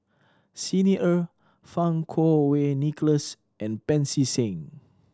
Xi Ni Er Fang Kuo Wei Nicholas and Pancy Seng